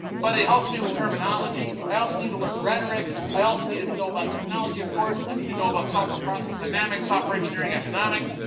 but it helps me with terminology. i also need to learn redirect i also needed to know about technology of course, i need to know about software process dynamics, software engineering economics.